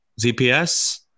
ZPS